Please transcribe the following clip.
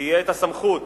תהיה הסמכות